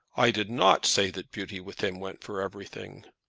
i did not say that beauty with him went for everything.